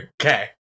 Okay